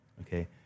okay